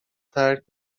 ترک